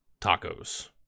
tacos